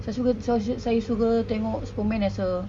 saya suka sa~ se~ saya suka tengok superman as a